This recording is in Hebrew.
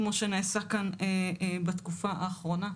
כמו שנעשה כאן בתקופה האחרונה.